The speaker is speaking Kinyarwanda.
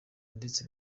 ndetse